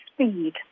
speed